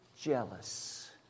jealous